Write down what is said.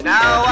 Now